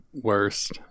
worst